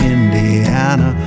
Indiana